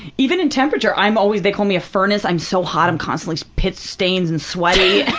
even in temperature. i'm always-they call me a furnace, i'm so hot, i'm constantly pit-stained and sweaty,